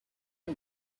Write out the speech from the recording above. and